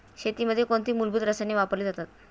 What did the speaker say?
शेतीमध्ये कोणती मूलभूत रसायने वापरली जातात?